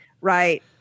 right